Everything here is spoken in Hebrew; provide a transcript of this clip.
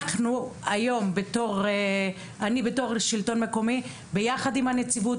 אני בתור שלטון מקומי ביחד עם הנציבות,